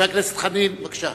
חבר הכנסת חנין, בבקשה.